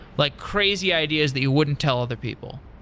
like crazy ideas that you wouldn't tell other people